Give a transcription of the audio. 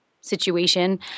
situation